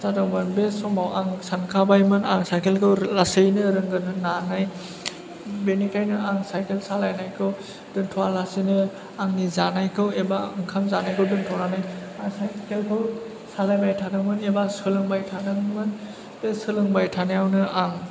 जादोंमोन बे समाव आं सानखाबायमोन आं साइकेल खौ लासैनो रोंगोन होन्नानै बेनिखायनो आं साइकेल सालायनायखौ दोन्थ'वा लासेनो आंनि जानायखौ एबा ओंखाम जानायखौ दोन्थ'नानै आं साइकेल खौ सालायबाय थादोंमोन एबा सोलोंबाय थादोंमोन बे सोलोंबाय थानायावनो आं